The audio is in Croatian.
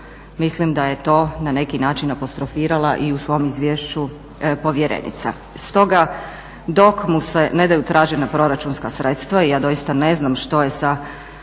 Mislim da je to na neki način apostrofirala i u svom izvješću povjerenica. Stoga dok mu se ne daju tražena proračunska sredstva ja doista ne znam što je sa